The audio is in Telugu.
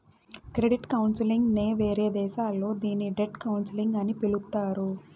క్రెడిట్ కౌన్సిలింగ్ నే వేరే దేశాల్లో దీన్ని డెట్ కౌన్సిలింగ్ అని పిలుత్తారు